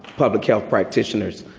public health practitioners,